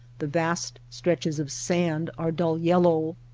the vast stretches of sand are dull yellow.